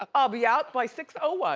ah i'll be out by six ah one.